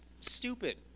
stupid